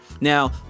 now